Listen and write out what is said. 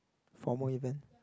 formal event